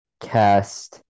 Cast